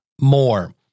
more